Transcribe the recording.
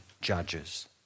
judges